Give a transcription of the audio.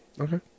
Okay